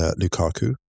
Lukaku